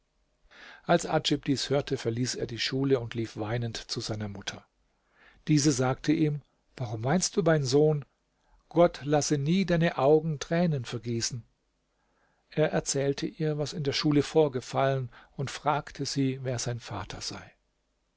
als adjib dies hörte verließ er die schule und lief weinend zu seiner mutter diese sagte ihm warum weinst du mein sohn gott lasse nie deine augen tränen vergießen er erzählte ihr was in der schule vorgefallen und fragte sie wer sein vater sei